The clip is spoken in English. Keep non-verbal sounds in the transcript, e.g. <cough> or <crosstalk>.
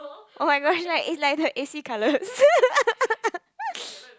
oh-my-gosh like it's like the a_c colours <laughs>